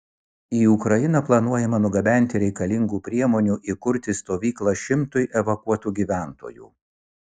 į ukrainą planuojama nugabenti reikalingų priemonių įkurti stovyklą šimtui evakuotų gyventojų